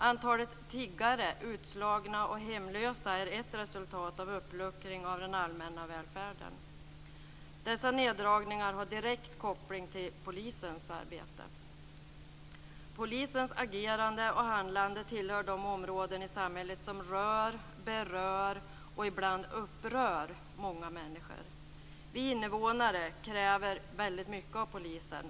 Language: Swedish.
Antalet tiggare, utslagna och hemlösa är ett resultat av uppluckringen av den allmänna välfärden. Dessa neddragningar har direkt koppling till polisens arbete. Polisens agerande och handlande tillhör de områden i samhället som rör, berör och ibland upprör många människor. Vi invånare kräver väldigt mycket av polisen.